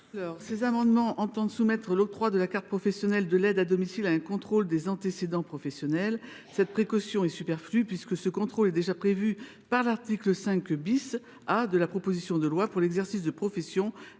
Ces amendements identiques tendent à conditionner l’octroi de la carte professionnelle de l’aide à domicile à un contrôle des antécédents professionnels. Cette précaution est superflue, puisque ce contrôle est déjà prévu par l’article 5 A de la proposition de loi pour l’exercice de professions